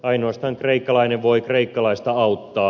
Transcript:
ainoastaan kreikkalainen voi kreikkalaista auttaa